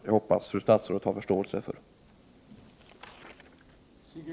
Jag hoppas att fru statsrådet har förståelse för detta.